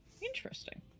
interesting